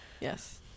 Yes